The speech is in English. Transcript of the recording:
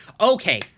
Okay